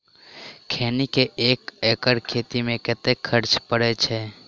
खैनी केँ एक एकड़ खेती मे कतेक खर्च परै छैय?